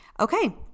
Okay